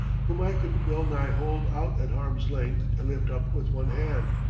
whom i could well-nigh hold out at arm's length and lift up with one hand.